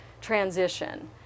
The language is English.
transition